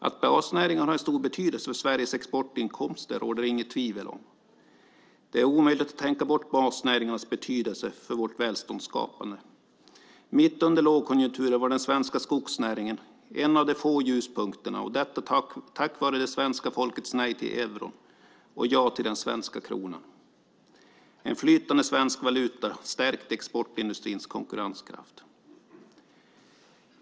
Att basnäringarna har stor betydelse för Sveriges exportinkomster råder det inget tvivel om. Det är omöjligt att tänka bort basnäringarnas betydelse för vårt välståndsskapande. Mitt under lågkonjunkturen var den svenska skogsnäringen en av de få ljuspunkterna, detta tack vare det svenska folkets nej till euron och ja till den svenska kronan. En flytande svensk valuta stärkte exportindustrins konkurrenskraft.